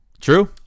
True